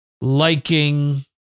liking